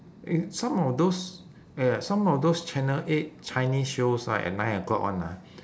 eh some of those ya ya some of those channel eight chinese shows right at nine o'clock one ah